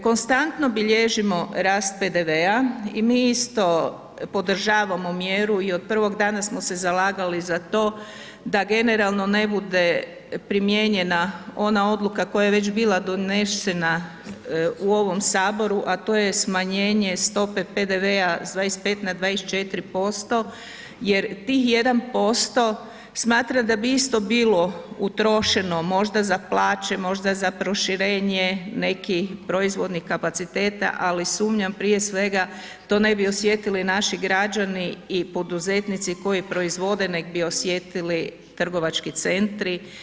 Konstantno bilježimo rast PDV-a i mi isto podržavamo mjeru i od prvog dana smo se zalagali za to da generalno ne bude primijenjena ona odluka koja je već bila donesena u ovom Saboru, a to je smanjenje stope PDV-a s 25 na 24% jer tih 1% smatram da bi isto bilo utrošeno možda za plaće, možda za proširenje nekih proizvodnih kapaciteta, ali sumnjam prije svega, to ne bi osjetili naši građani i poduzetnici koji proizvode nego bi osjetili trgovački centri.